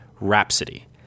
Rhapsody